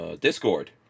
discord